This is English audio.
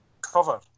cover